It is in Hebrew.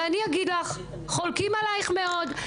ואני אגיד לך, חולקים עליך מאוד.